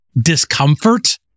discomfort